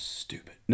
stupid